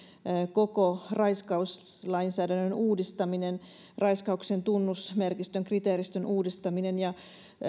koko raiskauslainsäädännön uudistaminen raiskauksen tunnusmerkistön kriteeristön uudistaminen ja